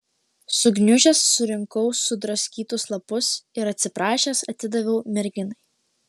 sugniužęs surinkau sudraskytus lapus ir atsiprašęs atidaviau merginai